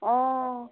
অঁ